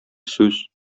сүз